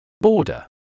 Border